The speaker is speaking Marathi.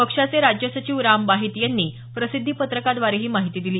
पक्षाचे राज्य सचिव राम बाहेती यांनी प्रसिद्धीपत्रकाद्वारे ही माहिती दिली